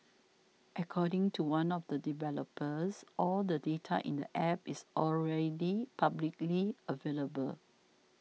according to one of the developers all the data in the App is already publicly available